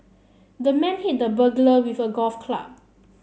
the man hit the burglar with a golf club